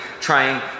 trying